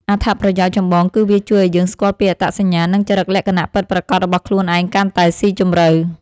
អត្ថប្រយោជន៍ចម្បងគឺវាជួយឱ្យយើងស្គាល់ពីអត្តសញ្ញាណ និងចរិតលក្ខណៈពិតប្រាកដរបស់ខ្លួនឯងកាន់តែស៊ីជម្រៅ។